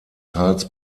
tals